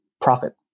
profit